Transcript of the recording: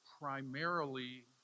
primarily